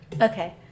Okay